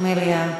מליאה.